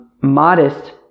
modest